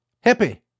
Hippy